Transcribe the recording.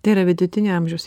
tai yra vidutinio amžiaus